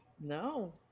no